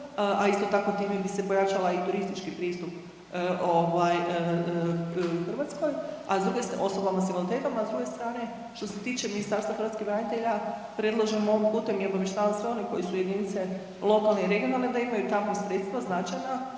a isto tako time bi se pojačala i turistički pristup ovaj Hrvatskoj osobama s invaliditetom. A druge strane što se tiče Ministarstva hrvatskih branitelja predlažem ovim putem i obavještavam sve one koji su jedinice lokalne i regionalne da imaju tamo sredstva značajna